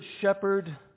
shepherd